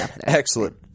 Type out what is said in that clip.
Excellent